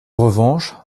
revanche